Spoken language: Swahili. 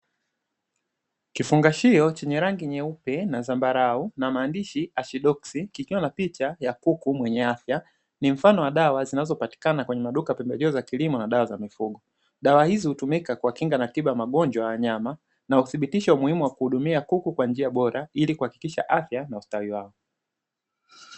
Kifungashio chenye rangi nyeupe na zambarau na maandishi ashidoksi kikiwa na picha ya kuku mwenye afya, ni mfano wa dawa zinazopatikana kwenye maduka ya pembejeo za kilimo na dawa za mifugo, dawa hizi hutumika kwa kinga na tiba ya magonjwa ya wanyama na kuthibitisha umuhimu wa kuhudumia kuku kwa njia bora ili kuhakikisha afya na ustawi wao.